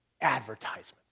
advertisements